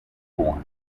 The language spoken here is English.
born